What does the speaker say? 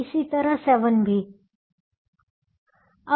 इसी तरह 7 भी